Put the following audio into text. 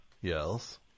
Yes